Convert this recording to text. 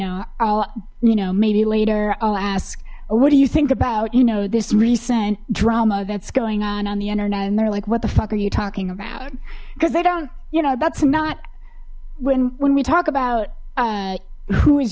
i'll you know maybe later i'll ask what do you think about you know this recent drama that's going on on the internet and they're like what the fuck are you talking about because they don't you know that's not when when we talk about who is